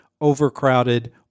overcrowded